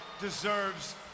deserves